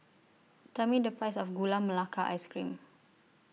Tell Me The Price of Gula Melaka Ice Cream